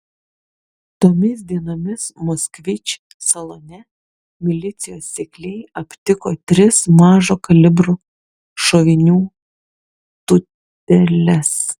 tomis dienomis moskvič salone milicijos sekliai aptiko tris mažo kalibro šovinių tūteles